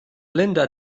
linda